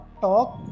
talk